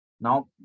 now